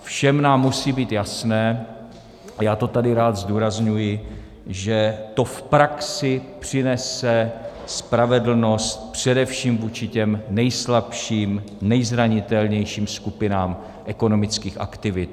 Všem nám musí být jasné, a já to tady rád zdůrazňuji, že to v praxi přinese spravedlnost především vůči těm nejslabším, nejzranitelnějším skupinám ekonomických aktivit.